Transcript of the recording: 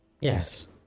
Yes